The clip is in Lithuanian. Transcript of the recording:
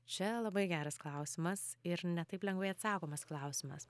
čia labai geras klausimas ir ne taip lengvai atsakomas klausimas